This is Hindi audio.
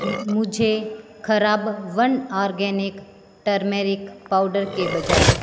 मुझे खराब वन आर्गेनिक टर्मेरिक पाउडर के बजाय